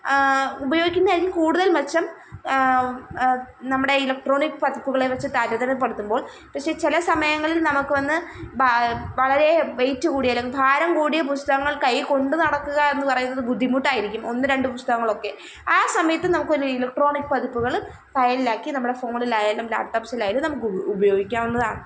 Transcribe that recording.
ഉപയോഗിക്കുന്ന കൂടുതല് മെച്ചം നമ്മുടെ ഇലക്ട്രോണിക് പതിപ്പുകളെ വച്ച് താരതമ്യപ്പെടുത്തുമ്പോള് പക്ഷെ ചില സമയങ്ങളില് നമുക്ക് വന്നു വളരെ വെയ്റ്റ് കൂടിയ അല്ലെങ്കിൽ ഭാരം കൂടിയ പുസ്തകങ്ങള് കൈയ്യിൽ കൊണ്ടു നടക്കുക എന്ന് പറയണത് ബുദ്ധിമുട്ടായിരിക്കും ഒന്നു രണ്ട് പുസ്തകങ്ങളൊക്കെ ആ സമയത്ത് നമുക്ക് ഒരു ഇലക്ട്രോണിക് പതിപ്പുകൾ ഫയലില് ആക്കി നമ്മുടെ ഫോണിലായാലും ലാപ്ടോപ്സിൽ ആയാലും നമുക്ക് ഉപയോഗിക്കാവുന്നതാണ്